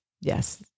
Yes